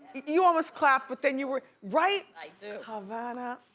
you almost clapped, but then you were, right? i do. havana